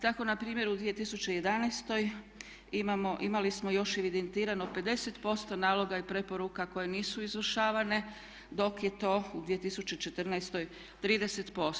Tako npr. u 2011. imali smo još evidentirano 50% naloga i preporuka koje nisu izvršavane dok je to u 2014. 30%